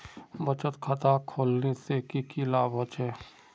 बचत खाता खोलने से की की लाभ होचे?